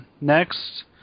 next